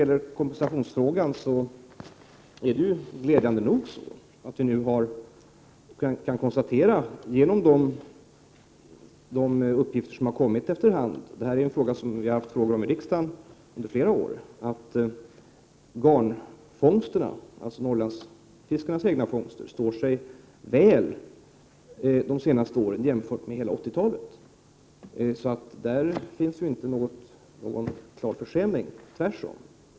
I kompensationsfrågan kan vi glädjande nog-— nya uppgifter har ju kommit in efter hand och dessutom har man ställt frågor här i riksdagen då och då under flera år om just detta förhållande — konstatera att garnfångsterna, dvs. Norrlandsfiskarnas egna fångster, stått sig väl under de senaste åren, jämfört med hur det varit under 80-talet totalt. I detta avseende kan man alltså inte konstatera någon klar försämring, tvärtom.